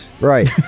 right